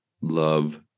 love